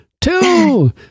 two